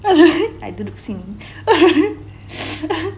I didn't think